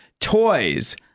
toys